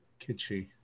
kitschy